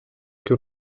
que